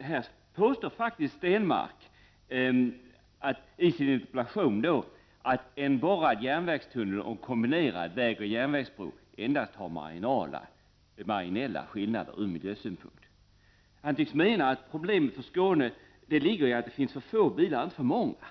Här påstår faktiskt Stenmarck att en borrad järnvägstunnel och en kombinerad vägoch järnvägsbro endast har marginella skillnader ur miljösynpunkt. Han tycks mena att problemet för Skåne ligger i att det finns för få bilar, inte för många.